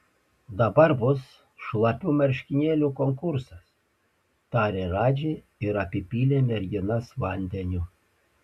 dabar bus šlapių marškinėlių konkursas tarė radži ir apipylė merginas vandeniu